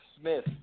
Smith